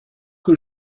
que